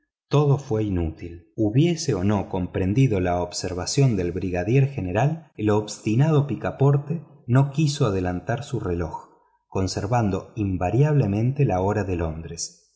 todo fue inútil hubiese o no comprendido la observación del brigadier general el obstinado picaporte no quiso adelantar su reloj conservando invariablemente la hora de londres